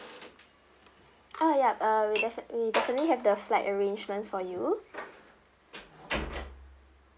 uh ya err we defi~ we definitely have the flight arrangements for you